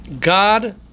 God